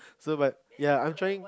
so but ya I'm trying